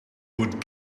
good